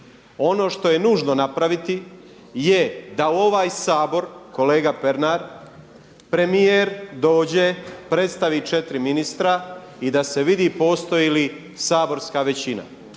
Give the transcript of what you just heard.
Ono što je nužno napraviti je da u ovaj Sabor, kolega Pernar, premijer dođe, predstavi 4 ministra i da se vidi postoji li saborska većina.